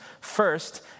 First